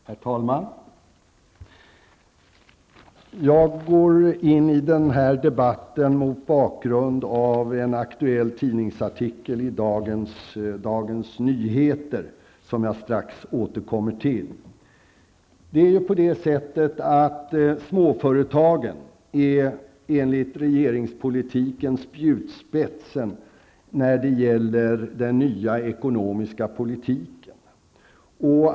Herr talman! Jag går in i denna debatt mot bakgrund av en aktuell tidningsartikel i Dagens Nyheter av i dag, som jag strax skall återkomma till. Småföretagen är enligt regeringspolitiken spjutspetsen när det gäller den nya ekonomiska politiken.